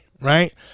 right